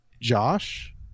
Josh